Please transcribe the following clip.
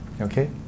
okay